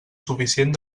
suficient